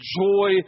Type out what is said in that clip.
Joy